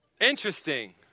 Interesting